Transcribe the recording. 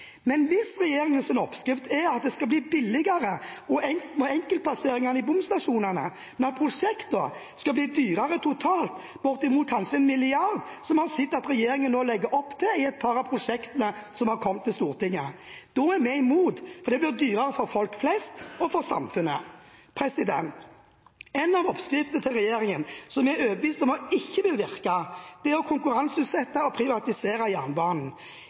Men hvis regjeringens oppskrift er at det skal bli billigere med enkeltpasseringer i bomstasjonene, men at prosjektene skal bli dyrere totalt, med oppimot kanskje 1 milliard kr, som vi har sett at regjeringen nå legger opp til i et par av prosjektene som har kommet til Stortinget, er vi imot, for det blir dyrere for folk flest og for samfunnet. En av oppskriftene til regjeringen som vi er overbevist om ikke vil virke, er å konkurranseutsette og privatisere jernbanen.